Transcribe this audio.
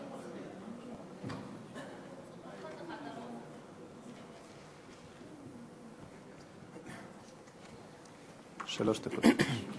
שלוש דקות.